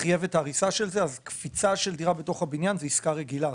חייב את ההריסה של זה אז קפיצה של דירה בתוך הבניין זו עסקה רגילה,